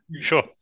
Sure